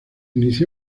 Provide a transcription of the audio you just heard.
inició